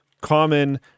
common